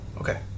Okay